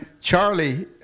Charlie